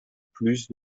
plus